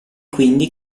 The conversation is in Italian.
quindi